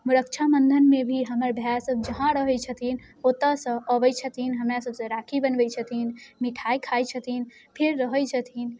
रक्षाबन्धनमे भी हमर भाइसब जहाँ रहै छथिन ओतऽसँ अबै छथिन हमरासबसँ राखी बन्हबै छथिन मिठाइ खाइ छथिन फेर रहै छथिन